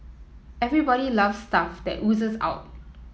everybody love stuff that oozes out